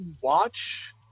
watch